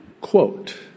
Quote